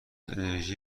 انرژی